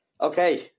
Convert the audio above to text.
Okay